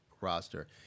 roster